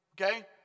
okay